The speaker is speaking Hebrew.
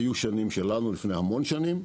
היו שנים שלנו, לפני המון שנים.